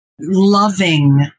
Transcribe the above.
loving